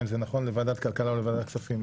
האם זה נכון לוועדת הכלכלה או לוועדת הכספים.